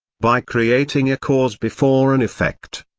by creating a cause before an effect,